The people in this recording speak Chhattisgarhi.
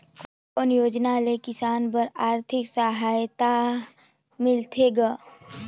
कोन कोन योजना ले किसान बर आरथिक सहायता मिलथे ग?